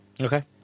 Okay